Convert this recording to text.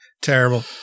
Terrible